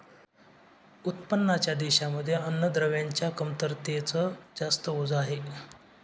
उत्पन्नाच्या देशांमध्ये अन्नद्रव्यांच्या कमतरतेच जास्त ओझ आहे